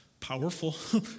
powerful